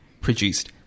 produced